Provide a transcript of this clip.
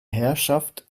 herrschaft